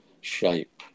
shape